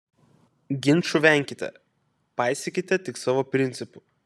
ginčų venkite paisykite tik savo principų